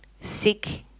sick